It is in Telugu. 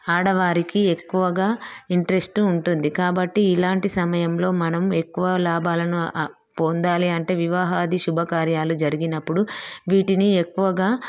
ఆడవారికి ఎక్కువగా ఇంట్రెస్ట్ ఉంటుంది కాబట్టి ఇలాంటి సమయంలో మనం ఎక్కువ లాభాలను పొందాలి అంటే వివాహాది శుభకార్యాలు జరిగినప్పుడు వీటిని ఎక్కువగా